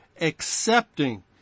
accepting